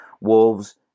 wolves